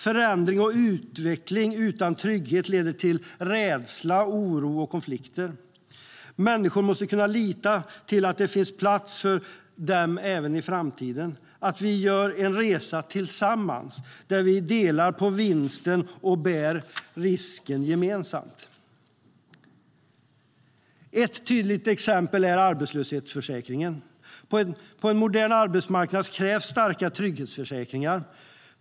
Förändring och utveckling utan trygghet leder till rädsla, oro och konflikter. Människor måste kunna lita till att det finns plats för dem även i framtiden och att vi gör en resa tillsammans där vi delar på vinster och bär risker gemensamt. Ett tydligt exempel på detta är arbetslöshetsförsäkringen. På en modern arbetsmarknad krävs starka trygghetsförsäkringar.